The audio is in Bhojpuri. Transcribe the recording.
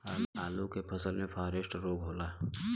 आलू के फसल मे फारेस्ट रोग होला?